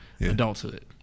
adulthood